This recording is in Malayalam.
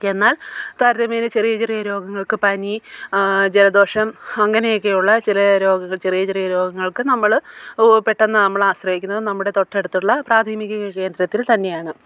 എന്നാൽ താരതമ്യേന ചെറിയ ചെറിയ രോഗങ്ങളൊക്കെ പനി ജലദോഷം അങ്ങനെയൊക്കെ ഉള്ള ചില രോഗങ്ങൾ ചെറിയ ചെറിയ രോഗങ്ങൾക്ക് നമ്മൾ പെട്ടെന്ന് നമ്മൾ ആശ്രയിക്കുന്നത് നമ്മുടെ തൊട്ടടുത്തുള്ള പ്രാഥമിക കേന്ദ്രത്തിൽ തന്നെയാണ്